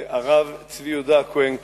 הרב צבי יהודה הכהן קוק.